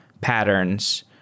patterns